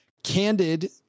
Candid